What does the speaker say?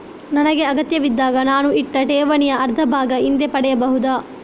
ನನಗೆ ಅಗತ್ಯವಿದ್ದಾಗ ನಾನು ಇಟ್ಟ ಠೇವಣಿಯ ಅರ್ಧಭಾಗ ಹಿಂದೆ ಪಡೆಯಬಹುದಾ?